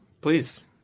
Please